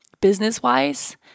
business-wise